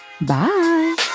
Bye